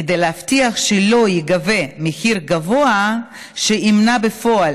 כדי להבטיח שלא ייגבה מחיר גבוה שימנע בפועל